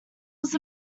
was